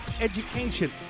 education